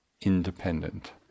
independent